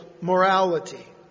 morality